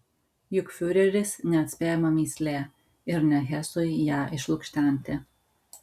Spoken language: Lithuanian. juk fiureris neatspėjama mįslė ir ne hesui ją išlukštenti